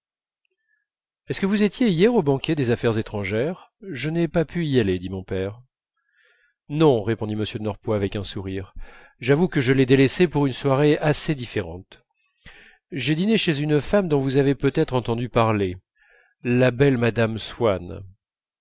est-ce que vous étiez hier au banquet des affaires étrangères je n'ai pas pu y aller dit mon père non répondit m de norpois avec un sourire j'avoue que je l'ai délaissé pour une soirée assez différente j'ai dîné chez une femme dont vous avez peut-être entendu parler la belle madame swann